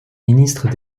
ministres